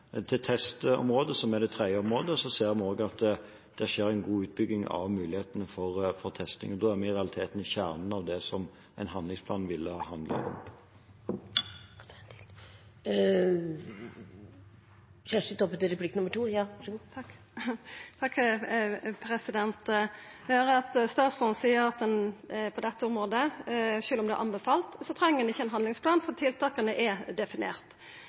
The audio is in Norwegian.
testområdet, som er det tredje området, ser vi at det skjer en god utbygging av mulighetene for testing. Da er vi i realiteten i kjernen av det som en handlingsplan ville handlet om. Eg høyrer at statsråden seier at sjølv om det er anbefalt, treng ein ikkje ein handlingsplan på dette området, for tiltaka er definerte. I forslaget til strategi frå Folkehelseinstituttet er